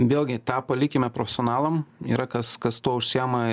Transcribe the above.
vėlgi tą palikime profesionalam yra kas kas tuo užsiima